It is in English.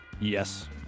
Yes